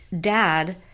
dad